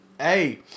Hey